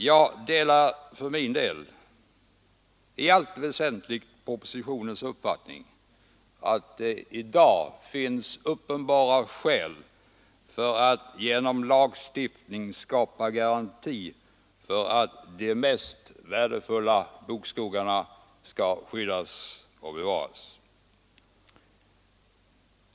Jag delar för min del i allt väsentligt propositionens uppfattning att det i dag finns uppenbara skäl för att genom lagstiftning skapa garanti för att de mest värdefulla bokskogarna skall skyddas och bevaras.